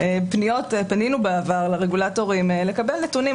פנינו בעבר לרגולטורים לקבל נתונים,